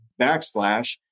backslash